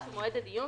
ובלבד שמועד הדיון,